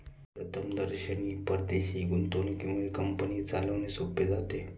प्रथमदर्शनी परदेशी गुंतवणुकीमुळे कंपनी चालवणे सोपे जाते